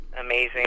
amazing